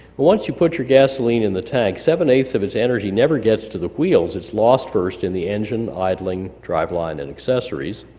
once you put your gasoline in the tank, seven eight of its energy never gets to the wheels. it's lost first in the engine, idling, drive line and accessories.